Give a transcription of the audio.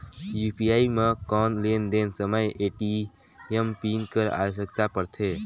UPI म कौन लेन देन समय ए.टी.एम पिन कर आवश्यकता पड़थे?